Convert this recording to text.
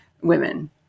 women